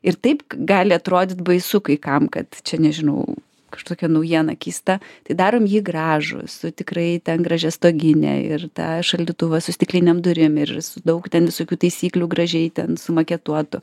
ir taip gali atrodyt baisu kai kam kad čia nežinau kažkokia naujiena keista tai darom jį gražų su tikrai ten gražia stogine ir tą šaldytuvą su stiklinėm durim ir daug ten visokių taisyklių gražiai ten sumaketuotų